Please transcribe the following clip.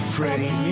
Freddy